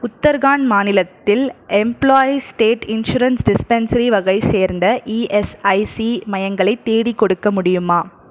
உத்தர்காண்ட் மாநிலத்தில் employees state insurance dispensary வகை சேர்ந்த இஎஸ்ஐசி மையங்களைத் தேடிக்கொடுக்க முடியுமா